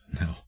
No